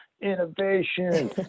innovation